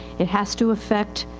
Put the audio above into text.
it has to effect,